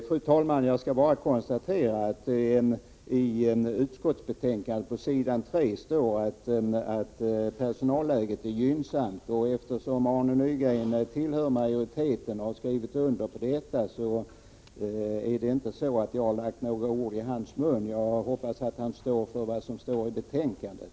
Fru talman! Jag skall bara konstatera att det i utskottsbetänkandet på s. 3 står att personalläget är gynnsamt. Eftersom Arne Nygren tillhör majoriteten och har skrivit under på detta, är det inte så att jag har lagt ord i hans mun. Jag hoppas att han står för det som är skrivet i betänkandet.